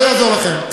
לא יעזור לכם.